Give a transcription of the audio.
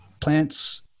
plants